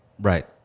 Right